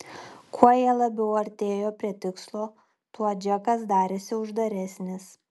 kuo jie labiau artėjo prie tikslo tuo džekas darėsi uždaresnis